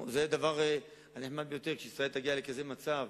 זה דבר נחמד ביותר שישראל תגיע למצב